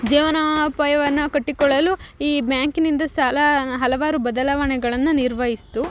ಜೀವನೋಪಾಯವನ್ನು ಕಟ್ಟಿಕೊಳ್ಳಲು ಈ ಬ್ಯಾಂಕಿನಿಂದ ಸಾಲ ಹಲವಾರು ಬದಲಾವಣೆಗಳನ್ನು ನಿರ್ವಹಿಸ್ತು